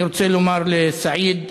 אני רוצה לומר לסעיד: